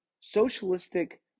socialistic